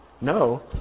No